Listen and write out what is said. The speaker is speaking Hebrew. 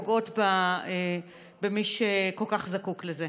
פוגעות במי שכל כך זקוק לזה.